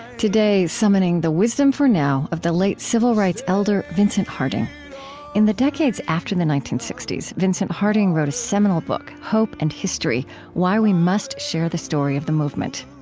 today, summoning the wisdom for now of the late civil rights elder vincent harding in the decades after the nineteen sixty s, vincent harding wrote a seminal book, hope and history why we must share the story of the movement.